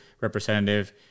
representative